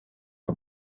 for